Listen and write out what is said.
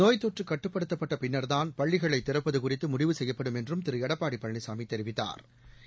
நோய்த்தொற்று கட்டுப்படுத்தப்பட்ட பின்னா்தான் பள்ளிகளை திறப்பது குறித்து முடிவு செய்யப்படும் என்றும் திரு எடப்பாடி பழனிசாமி தெரிவித்தாா்